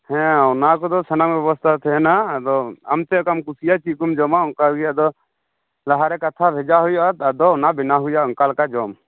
ᱦᱮᱸ ᱚᱱᱟ ᱠᱚᱫᱚ ᱥᱟᱱᱟᱢᱟᱜ ᱵᱮᱵᱚᱛᱷᱟ ᱛᱟᱦᱮᱱᱟ ᱟᱫᱚ ᱟᱢ ᱪᱮᱫ ᱞᱮᱠᱟᱢ ᱠᱩᱥᱤᱭᱟᱜᱼᱟ ᱪᱮᱫ ᱠᱚᱢ ᱡᱚᱢᱟ ᱚᱱᱠᱟ ᱜᱮ ᱟᱫᱚ ᱞᱟᱦᱟ ᱨᱮ ᱠᱟᱛᱷᱟ ᱵᱷᱮᱡᱟ ᱦᱩᱭᱩᱜᱼᱟ ᱟᱫᱚ ᱚᱱᱟ ᱵᱮᱱᱟᱣ ᱦᱩᱭᱩᱜᱼᱟ ᱚᱱᱠᱟ ᱞᱮᱠᱟ ᱡᱚᱢ